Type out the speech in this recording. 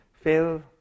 fail